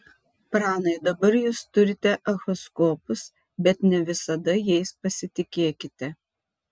pranai dabar jūs turite echoskopus bet ne visada jais pasitikėkite